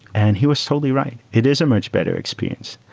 and he was totally right. it is a much better experience.